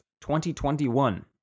2021